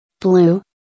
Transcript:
Blue